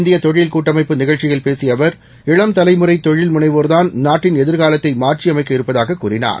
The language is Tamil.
இந்திய தொழில் கூட்டமைப்பு நிகழ்ச்சியில் பேசிய அவர் இளம் தலைமுறை தொழில்முனைவோர் தான் நாட்டின் எதிர்காலத்தை மாற்றியமைக்க இருப்பதாகக் கூறினார்